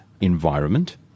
environment